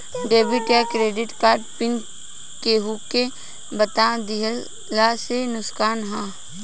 Debit या credit card pin केहूके बता दिहला से का नुकसान ह?